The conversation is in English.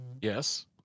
Yes